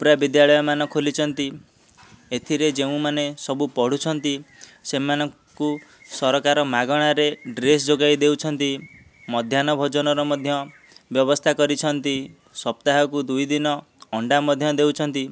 ଉପ୍ରା ବିଦ୍ୟାଳୟମାନ ଖୋଲି ନ୍ତି ଏଥିରେ ଯେଉଁମାନେ ସବୁ ପଢୁଛନ୍ତି ସେମାନଙ୍କୁ ସରକାର ମାଗଣାରେ ଡ୍ରେସ ଯୋଗାଇ ଦେଉଛନ୍ତି ମଧ୍ୟାହ୍ନ ଭୋଜନର ମଧ୍ୟ ବ୍ୟବସ୍ଥା କରିଛନ୍ତି ସପ୍ତାହକୁ ଦୁଇଦିନ ଅଣ୍ଡା ମଧ୍ୟ ଦେଉଛନ୍ତି